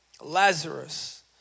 Lazarus